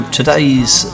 today's